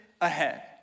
ahead